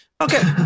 Okay